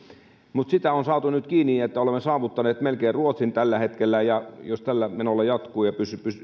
mutta sitä on saatu nyt kiinni niin että olemme melkein saavuttaneet ruotsin tällä hetkellä jos tällä menolla jatkuu ja